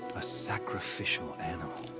a sacrificial animal.